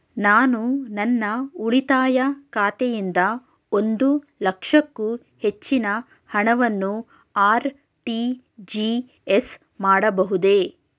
ನಾನು ನನ್ನ ಉಳಿತಾಯ ಖಾತೆಯಿಂದ ಒಂದು ಲಕ್ಷಕ್ಕೂ ಹೆಚ್ಚಿನ ಹಣವನ್ನು ಆರ್.ಟಿ.ಜಿ.ಎಸ್ ಮಾಡಬಹುದೇ?